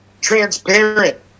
transparent